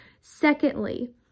Secondly